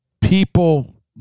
people